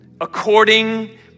according